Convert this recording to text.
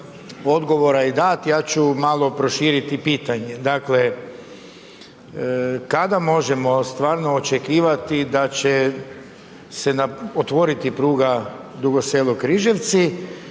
odgovora i dat ja ću malo proširiti pitanje, dakle kada možemo stvarno očekivati da će se otvoriti pruga Dugo Selo-Križevci